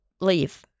leave